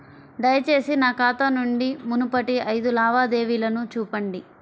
దయచేసి నా ఖాతా నుండి మునుపటి ఐదు లావాదేవీలను చూపండి